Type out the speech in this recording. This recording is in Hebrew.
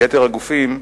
יתר הגופים,